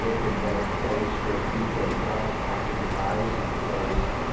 ah had been a place where people had gone after the bars had closed,